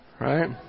right